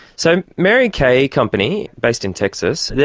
so mary kay company, based in texas, yeah